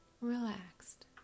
relaxed